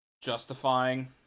justifying